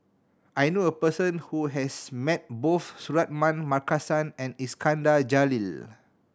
I knew a person who has met both Suratman Markasan and Iskandar Jalil